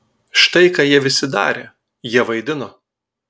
štai ką jie visi darė jie vaidino